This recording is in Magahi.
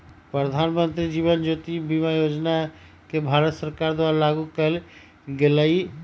प्रधानमंत्री जीवन ज्योति बीमा योजना के भारत सरकार द्वारा लागू कएल गेलई र